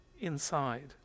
inside